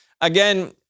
Again